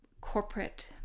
corporate